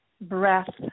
breath